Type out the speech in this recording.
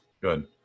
Good